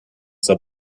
der